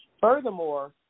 Furthermore